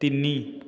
ତିନି